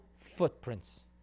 footprints